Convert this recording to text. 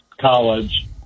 college